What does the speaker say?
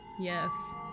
Yes